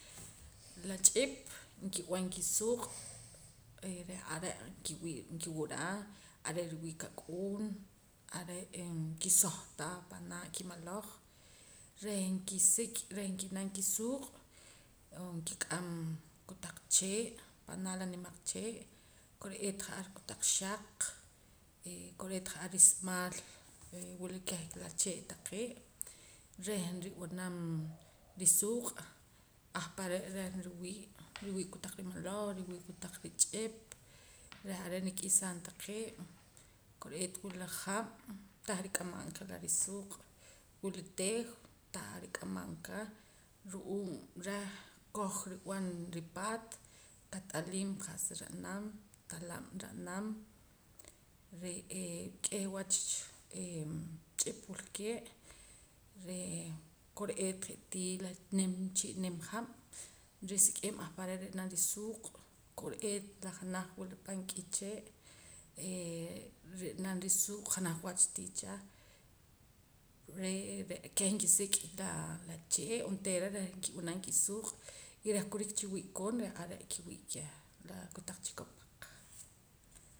La ch'ip nkib'an kisuuq' reh are' nkiwii' kiwura are' nriwii' kak'uun are' e nkisoh ta panaa' kimaloj rej nkisik' reh ki'nam kisuuq' n'oo nkik'am kotaq chee' panaa' la nimaq chee' kore'eet ja'ar kotaq xaq kore'eet ja'ar rismaal wula keh la chee' taqee' rej rib'anam risuuq' ahpare' ahpare' reh nriwii' riwii' kotaq rimaloj riwii' kotaq rich'ip reh are' rik'isaam taqee' kore'eet wula hab' tah rik'amam ka risuuq' wula teew tah ar rik'amam ka ru'uum reh kow rib'an ripaat rat'aliim qa'sa ra'nam talab' ra'nam re'ee k'eh wach ee ch'ip wulkee' reh kore'eet je'tii la nim chii' nim hab' risik'im ahpare' ri'nam risuuq' kore'eet la janaj wula pan k'ichee' ee nri'nam risuuq' janaj wachtii cha ree re' keh nkisik' la la chee' onteera reh nkib'anam kisuuq' y reh kurik chi wii'koon reh are' kiwii' keh la kotaq chikop